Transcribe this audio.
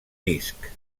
disc